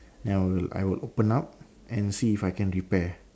then I will I will open up and see if I can repair